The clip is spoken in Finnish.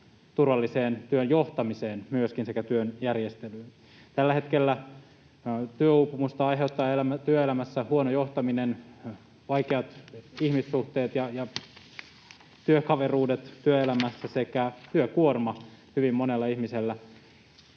turvalliseen työn johtamiseen sekä työn järjestelyyn. Tällä hetkellä työuupumusta aiheuttavat työelämässä huono johtaminen, vaikeat ihmissuhteet ja työkaveruudet työelämässä sekä työkuorma hyvin monella ihmisellä.